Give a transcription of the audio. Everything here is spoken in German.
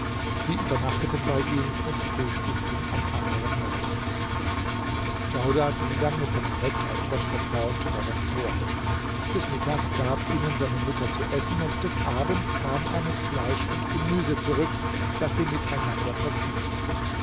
sie übernachteten bei ihm und frühstückten am anderen morgen djaudar ging dann mit seinem netz auf gott vertrauend vor das tor des mittags gab ihnen seine mutter zu essen und des abends kam er mit fleisch und gemüse zurück das sie miteinander verzehrten